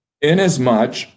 Inasmuch